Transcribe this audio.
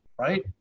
right